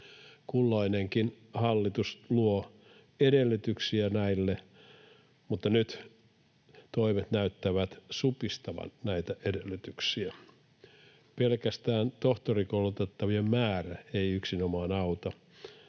Kulloinenkin hallitus luo edellytyksiä näille, mutta nyt toimet näyttävät supistavan näitä edellytyksiä. Pelkästään tohtorikoulutettavien määrä ei yksinomaan auta,